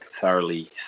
Thoroughly